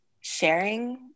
sharing